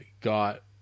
got